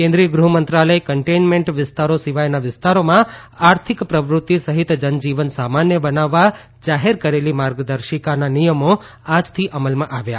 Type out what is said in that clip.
કેન્દ્રીય ગૃહમંત્રાલયે કન્ટેઇનમેન્ટ વિસ્તારો સિવાયના વિસ્તારોમાં આર્થિક પ્રવૃત્તિ સહિત જનજીવન સામાન્ય બનાવવા જાહેર કરેલી માર્ગદર્શિકાના નિયમો આજથી અમલમાં આવ્યા